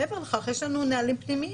מעבר לכך, יש לנו נהלים פנימיים